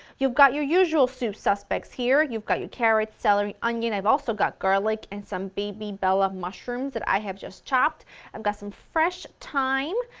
you've got your usual soup suspects here, you've got your carrots, celery, onion, i've also got garlic and some baby bella mushrooms that i have just chopped, i've got some fresh thyme,